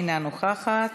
אינה נוכחת.